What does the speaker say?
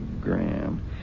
Graham